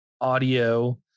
audio